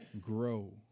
Grow